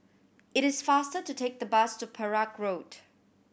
it is faster to take the bus to Perak Road